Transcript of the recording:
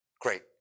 Great